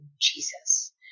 Jesus